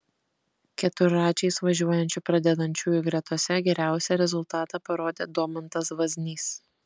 keturračiais važiuojančių pradedančiųjų gretose geriausią rezultatą parodė domantas vaznys